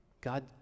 God